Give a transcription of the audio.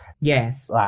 yes